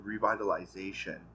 revitalization